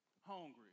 hungry